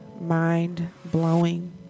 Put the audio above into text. mind-blowing